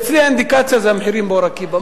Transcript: אצלי האינדיקציה זה המחירים באור-עקיבא.